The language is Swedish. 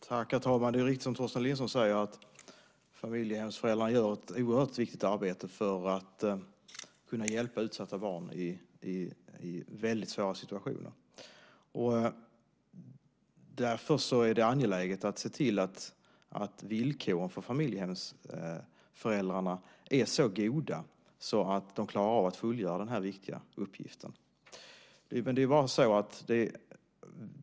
Herr talman! Det är riktigt, som Torsten Lindström säger, att familjehemsföräldrar gör ett oerhört viktigt arbete för att hjälpa utsatta barn i väldigt svåra situationer. Därför är det angeläget att se till att villkoren för familjehemsföräldrarna är så goda att de klarar av att fullgöra den här viktiga uppgiften.